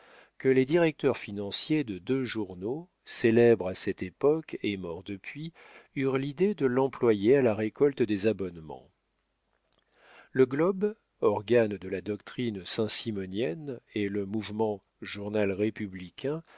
que les directeurs financiers de deux journaux célèbres à cette époque et morts depuis eurent l'idée de l'employer à la récolte des abonnements le globe organe de la doctrine saint simonienne et le mouvement journal républicain